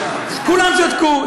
כולם שתקו.